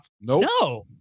No